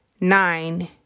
nine